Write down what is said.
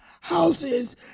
houses